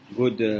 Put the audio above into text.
good